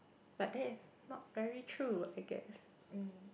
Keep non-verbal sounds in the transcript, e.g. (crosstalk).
but that is not very true I guess (breath)